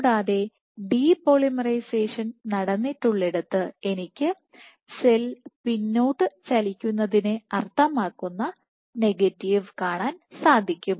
കൂടാതെ depolymerisation നടന്നിട്ടുള്ളിടത്ത് എനിക്ക് സെൽ പിന്നോട്ട് ചലിക്കുന്നതിനെ അർത്ഥമാക്കുന്ന നെഗറ്റീവ് കാണാൻ സാധിക്കും